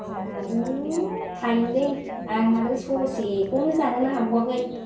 जादों थायनै आंहाथ' ससेखौनो जानोनो हाबावाखै